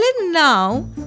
now